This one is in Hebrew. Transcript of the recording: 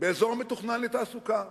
באזור מתוכנן לתעסוקה.